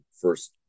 first